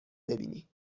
ببینی